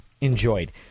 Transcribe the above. enjoyed